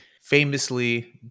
famously